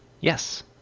yes